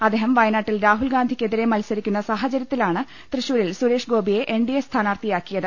അദ്ദേഹം വയനാട്ടിൽ രാഹുൽഗാന്ധിക്കെതിരെ മത്സരിക്കുന്ന സാഹചര്യത്തി ലാണ് തൃശൂരിൽ സുരേഷ്ഗോപിയെ എൻഡിഎ സ്ഥാനാർത്ഥിയാ ക്കിയത്